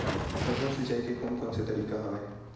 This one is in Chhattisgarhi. फसल सिंचाई के कोन कोन से तरीका हवय?